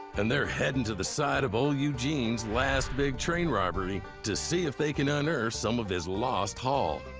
and they're heading to the site of old eugene's last big train robbery to see if they can ah unearth some of his lost haul.